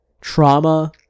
trauma